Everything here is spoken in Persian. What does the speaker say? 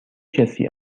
کسی